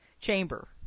chamber